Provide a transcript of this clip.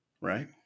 Right